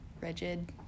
rigid